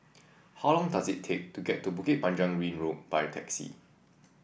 how long does it take to get to Bukit Panjang Ring Road by taxi